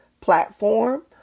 platform